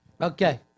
Okay